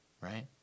right